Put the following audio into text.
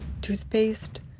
toothpaste